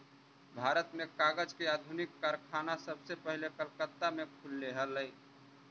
भारत में कागज के आधुनिक कारखाना सबसे पहले कलकत्ता में खुलले हलइ